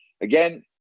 Again